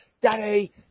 Daddy